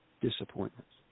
Disappointments